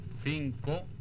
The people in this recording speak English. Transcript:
Cinco